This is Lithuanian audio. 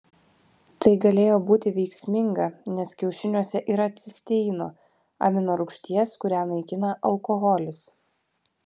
tai galėjo būti veiksminga nes kiaušiniuose yra cisteino amino rūgšties kurią naikina alkoholis